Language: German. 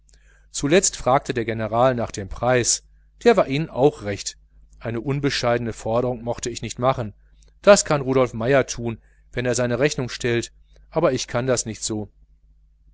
zuletzt fragte der general noch nach dem preis der war ihnen auch recht eine unbescheidene forderung mochte ich nicht machen das kann herr rudolf meier tun wenn er seine hotelrechnung stellt aber ich kann das nicht so